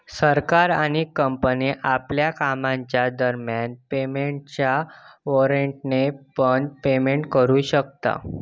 सरकार आणि कंपनी आपल्या कामाच्या दरम्यान पेमेंटच्या वॉरेंटने पण पेमेंट करू शकता